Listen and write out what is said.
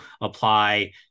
apply